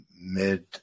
mid